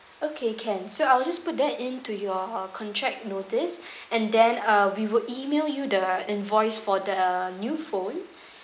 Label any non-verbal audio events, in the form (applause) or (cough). okay can so I will just put that into your contract notice (breath) and then uh we will email you the invoice for the new phone (breath)